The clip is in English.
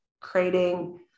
creating